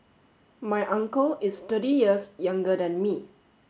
my uncle is thirty years younger than me